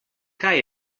kaj